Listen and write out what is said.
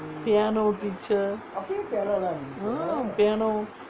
piano teacher uh piano